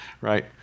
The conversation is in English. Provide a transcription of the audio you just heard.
right